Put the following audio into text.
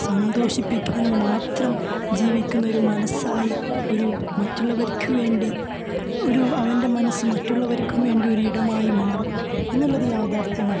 സന്തോഷിപ്പിക്കാനും മാത്രം ജീവിക്കുന്ന ഒരു മനസ്സായി ഒരു മറ്റുള്ളവർക്ക് വേണ്ടി ഒരു അവൻ്റെ മനസ്സ് മറ്റുള്ളവർക്കും വേണ്ടിയൊരു ഇടമായി മാറും എന്നുള്ളത് യാഥാർത്ഥ്യമാണ്